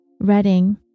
Reading